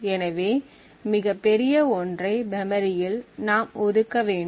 எனவே மிகப்பெரிய ஒன்றை மெமரியில் நாம் ஒதுக்க வேண்டும்